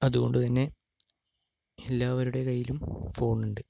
അതുകൊണ്ട് തന്നെ എല്ലാവരുടെ കൈയ്യിലും ഫോണുണ്ട്